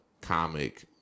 comic